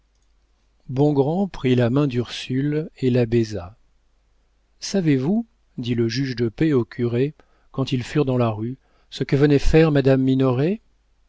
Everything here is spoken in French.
bongrand prit la main d'ursule et la baisa savez-vous dit le juge de paix au curé quand ils furent dans la rue ce que venait faire madame minoret